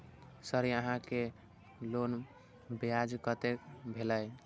Sir यहां के loan ब्याज कतेक भेलेय?